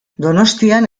donostian